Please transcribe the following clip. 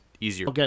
easier